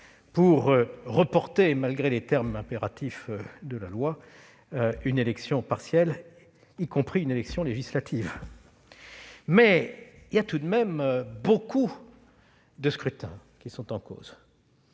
pour reporter, malgré les termes impératifs de la loi, une élection partielle, y compris une élection législative. Toutefois, de nombreux scrutins sont en cause.